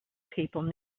people